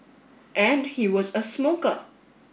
and he was a smoker